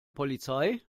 polizei